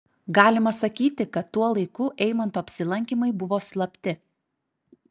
galima sakyti kad tuo laiku eimanto apsilankymai buvo slapti